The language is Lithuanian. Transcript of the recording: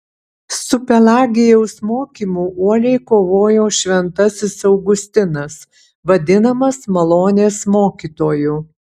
su pelagijaus mokymu uoliai kovojo šventasis augustinas vadinamas malonės mokytoju